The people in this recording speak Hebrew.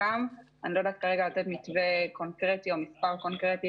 בהיערכות משרד החינוך ללימוד מרחוק באמצעים דיגיטליים.